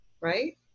right